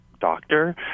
doctor